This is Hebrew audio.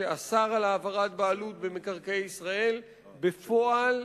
שאסר העברת בעלות במקרקעי ישראל בפועל,